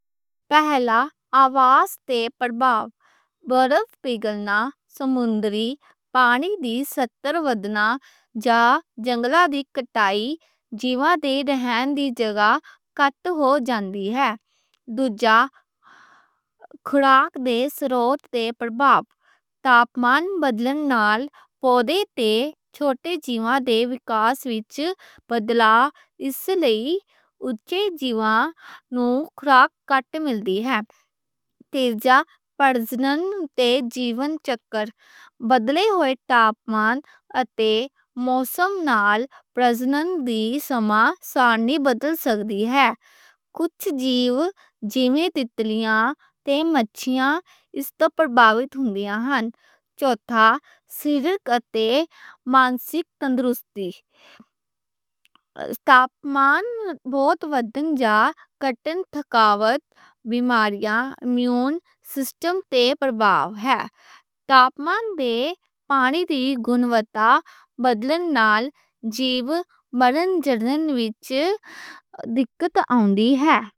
پہلا، آواس تے پربھاؤ۔ برف پگھلنا، سمندری پانی دی سطح وڈھنا یا جنگلاں دی کٹائی جیوواں دے ٹھکانے دی جگہ کٹ ہوندی ہے۔ دوجا، خوراک دے وسائل تے پربھاؤ۔ تاپمان بدلن نال پودے تے چھوٹے جیوواں دے وکاس وچ بدلا، اس لئے اوچے جیوواں نوں خوراک کٹ ملدی ہے۔ تیجا، پرجنن تے جیون چکر، بدلے ہوئے تاپمان اتے موسم نال، پرجنن دی سما سارنی بدل سکدی ہے۔ کچھ جیوویں تتلیاں تے مچھیاں اس تے پربھاوِت ہوندیاں ہن۔ چوتھا، سریرک اتے مانسک تندرستی۔ تاپمان بہت وڈھن جا کٹن، تھکاوٹ، بیماریاں، امیون سسٹم تے پربھاؤ ہے۔ تاپمان تے پانی دی گنوتا بدلن نال جیو مرن جڑن وچ دقت آؤندی ہے۔